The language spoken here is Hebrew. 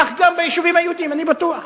כך גם ביישובים היהודיים, אני בטוח.